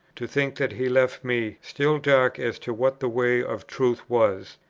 to think that he left me still dark as to what the way of truth was,